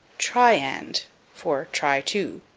try and for try to.